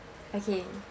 okay